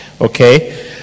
Okay